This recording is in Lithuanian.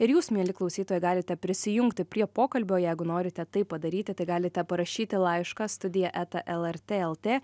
ir jūs mieli klausytojai galite prisijungti prie pokalbio jeigu norite tai padaryti tai galite parašyti laišką studija eta lrt lt